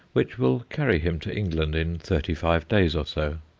which will carry him to england in thirty-five days or so.